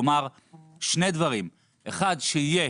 כלומר שני דברים, אחת, שיהיה